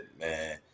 man